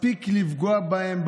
מספיק לפגוע בהם.